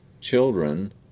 children